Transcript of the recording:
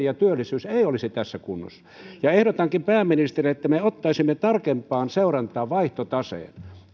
ja työllisyys eivät olisi tässä kunnossa ehdotankin pääministerille että me ottaisimme tarkempaan seurantaan vaihtotaseen vuonna kaksituhattakaksi